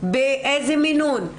באיזה מינון,